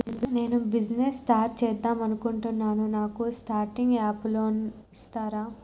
నేను business start చేద్దామనుకుంటున్నాను నాకు స్టార్టింగ్ అప్ లోన్ ఇస్తారా?